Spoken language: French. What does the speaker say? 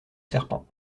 serpent